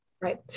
Right